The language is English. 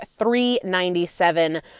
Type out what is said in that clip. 397